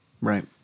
Right